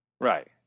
Right